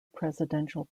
presidential